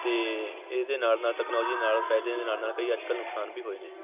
ਅਤੇ ਇਹਦੇ ਨਾਲ ਨਾਲ ਤਕਨਲੋਜੀ ਨਾਲ ਫਾਇਦਿਆਂ ਦੇ ਨਾਲ ਨਾਲ ਕਈ ਅੱਜ ਕੱਲ੍ਹ ਨੁਕਸਾਨ ਵੀ ਹੋਏ ਨੇ